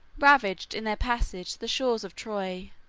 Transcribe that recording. ravaged in their passage the shores of troy,